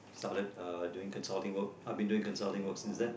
started doing consulting work I have been doing consulting work since then